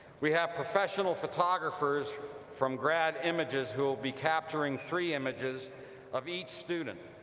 we have professional photographers from grad images who will be capturing three images of each student,